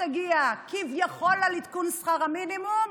שתגיע כביכול על עדכון שכר המינימום,